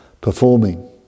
performing